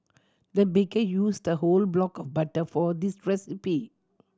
the baker used a whole block of butter for this recipe